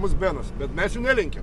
mus benas bet mes jų nelenkėm